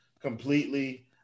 completely